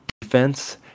defense